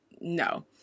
no